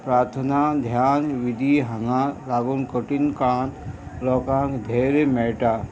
प्रार्थना ध्यान विधी हांगा लागून कठीण काळांत लोकांक धेर मेळटा